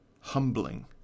humbling